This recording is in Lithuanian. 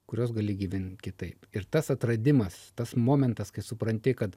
kurias gali gyvent kitaip ir tas atradimas tas momentas kai supranti kad